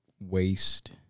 waste